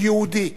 הוא יהודי,